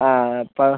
ആ എപ്പോൾ